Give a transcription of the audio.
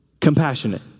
compassionate